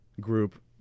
group